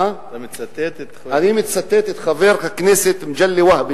אני מצטט את חבר הכנסת מגלי והבה,